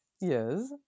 Yes